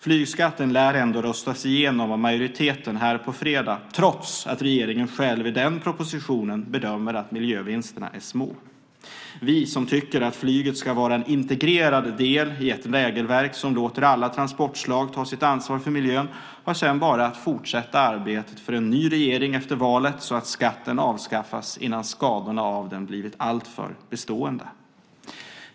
Flygskatten lär ändå röstas igenom av majoriteten här på fredag, trots att regeringen själv i den propositionen bedömer att miljövinsterna är små. Vi som tycker att flyget ska vara en integrerad del i ett regelverk som låter alla transportslag ta sitt ansvar för miljön har sedan bara att fortsätta arbetet för en ny regering efter valet så att skatten avskaffas innan skadorna av den blivit alltför bestående.